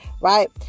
right